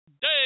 day